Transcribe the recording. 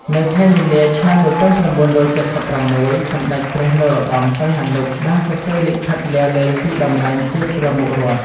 នៅខែមីនា ឆ្នាំ១៩៧៦ សម្តេចព្រះ នរោត្តម សីហនុ បានសរសេរលិខិតលាលែងពីតំណែងជា «ប្រមុខរដ្ឋ»។